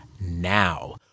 NOW